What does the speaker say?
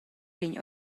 vegn